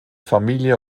familie